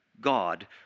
God